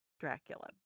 Dracula